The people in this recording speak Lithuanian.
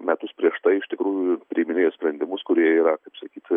metus prieš tai iš tikrųjų priiminėjo sprendimus kurie yra sakyti